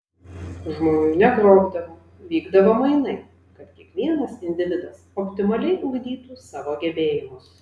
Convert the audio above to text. žmonių negrobdavo vykdavo mainai kad kiekvienas individas optimaliai ugdytų savo gebėjimus